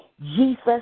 Jesus